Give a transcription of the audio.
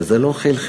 וזה לא חלחל,